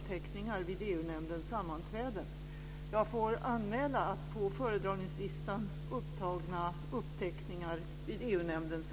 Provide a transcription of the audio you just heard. Fru talman!